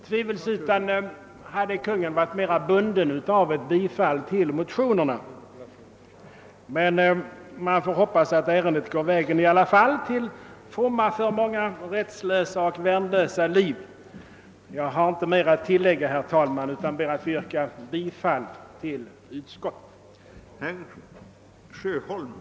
Tvivelsutan hade Kungl. Maj:t varit mer bunden av ett bifall till motionerna, men man får hoppas att ärendet går vägen i alla fall, till fromma för många rättslösa och värnlösa liv. Jag har inte mer att tillägga, herr talman, utan ber att få yrka bifall till utskottets hemställan.